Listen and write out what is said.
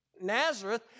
Nazareth